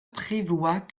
prévoit